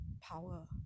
power